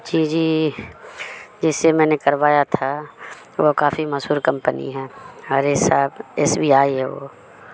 جی جی جس سے میں نے کروایا تھا وہ کافی مشہور کمپنی ہے ارے سا ایس بی آئی ہے وہ